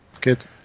Good